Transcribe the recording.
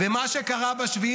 אתה הראשון.